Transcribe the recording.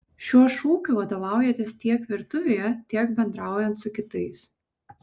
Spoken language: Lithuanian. šiuo šūkiu vadovaujatės tiek virtuvėje tiek bendraujant su kitais